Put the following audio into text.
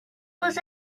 was